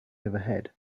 overhead